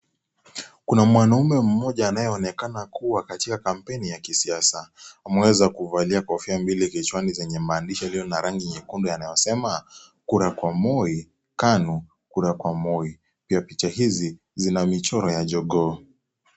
Kuna mwanaume moja anayeonekana kuwa katika kampeni ya kisiasa ameweza kuvalia kofia mbali kichwani zenye zimeandikwa yaliyo na rangi nyekundu yanayosema kuna kwa moi KANU kuna kwa moi picha hizi zina michoro ya jogoo.